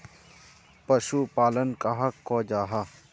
पशुपालन कहाक को जाहा?